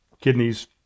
kidneys